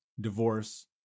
divorce